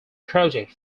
project